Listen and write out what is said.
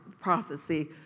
prophecy